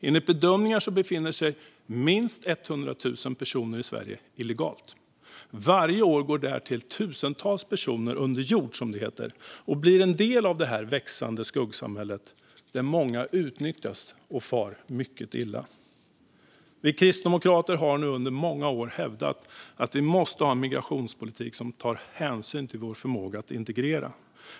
Enligt bedömningar befinner sig minst 100 000 personer i Sverige illegalt. Därtill går varje år tusentals personer under jord, som det heter, och blir en del av det växande skuggsamhället där många utnyttjas och far mycket illa. Vi kristdemokrater har under många år hävdat att vi måste ha en migrationspolitik som tar hänsyn till vår förmåga att integrera.